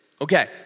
Okay